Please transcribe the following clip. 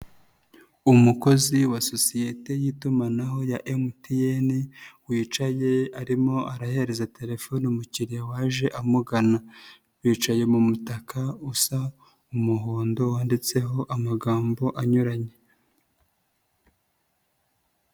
Umukozi wa sosiyete y'itumanaho ya Emutiyene, wicaye arimo arahereza telefone umukiriya waje amugana. Bicaye mu mutaka usa umuhondo wanditseho amagambo anyuranye.